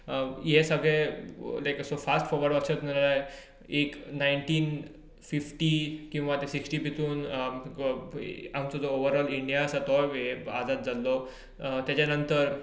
हें सगळें लायक असो फास्ट फोर्वड वचत जाल्यार एक नाय्नटीन फिफ्टी किंवा ते सिक्सटी भितर आमचो जो ओवरऑल इंडिया आसा तोवूय जाल्लो ताज्या नंतर